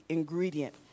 ingredient